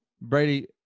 Brady